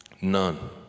none